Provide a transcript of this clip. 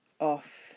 off